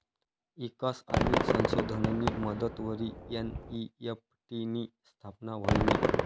ईकास आणि संशोधननी मदतवरी एन.ई.एफ.टी नी स्थापना व्हयनी